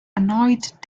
annoyed